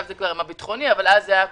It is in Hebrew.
אז הייתה הקורונה,